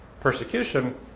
persecution